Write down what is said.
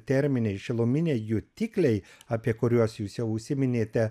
terminiai šiluminiai jutikliai apie kuriuos jūs jau užsiminėte